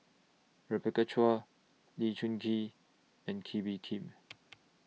Rebecca Chua Lee Choon and Kee Bee Khim